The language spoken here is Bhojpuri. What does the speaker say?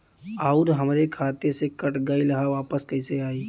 आऊर हमरे खाते से कट गैल ह वापस कैसे आई?